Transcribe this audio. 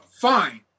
fine